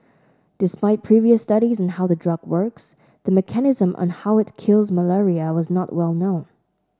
despite previous studies on how the drug works the mechanism on how it kills malaria was not well known